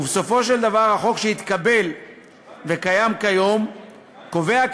ובסופו של דבר החוק שהתקבל וקיים כיום קובע,